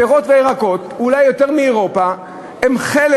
הפירות והירקות, אולי יותר מאשר באירופה, הם חלק